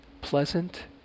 pleasant